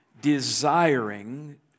desiring